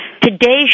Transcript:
Today's